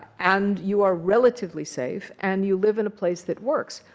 and you are relatively safe. and you live in a place that works.